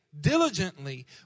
Diligently